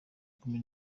kumi